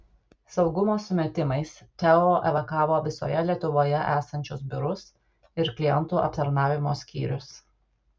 saugumo sumetimais teo evakavo visoje lietuvoje esančius biurus ir klientų aptarnavimo skyrius